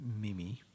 Mimi